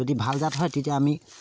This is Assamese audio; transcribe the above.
যদি ভাল জাত হয় তেতিয়া আমি